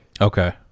okay